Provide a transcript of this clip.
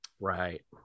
Right